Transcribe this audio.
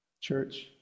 Church